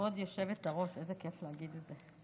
כבוד היושבת-ראש, איזה כיף להגיד את זה.